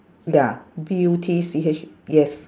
ya B U T C H yes